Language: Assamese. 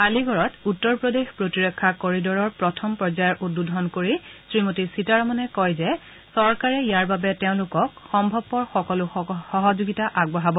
আলিগড্ত উত্তৰ প্ৰদেশ প্ৰতিৰক্ষা কৰিডৰ উদ্বোধন কৰি শ্ৰীমতী সীতাৰমনে কয় যে চৰকাৰে ইয়াৰ বাবে তেওঁলোকক সম্ভৱপৰ সকলো সহযোগিতা আগবঢ়ায়